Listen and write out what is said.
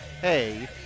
hey